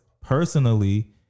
personally